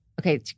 Okay